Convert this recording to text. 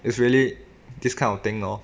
it's really this kind of thing lor